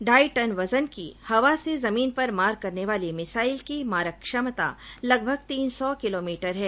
ढाई टन वजन की हवा से जमीन पर मार करने वाली मिसाइल की मारक क्षमता लगभग तीन सौ किलोमीटर है